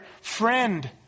friend